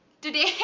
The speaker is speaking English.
Today